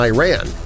Iran